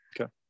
Okay